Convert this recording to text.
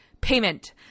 payment